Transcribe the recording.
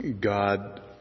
God